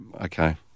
okay